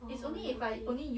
oh okay